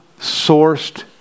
sourced